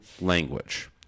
language